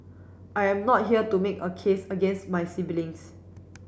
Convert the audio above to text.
I am not here to make a case against my siblings